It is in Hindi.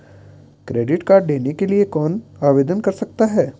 क्रेडिट कार्ड लेने के लिए कौन आवेदन कर सकता है?